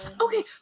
okay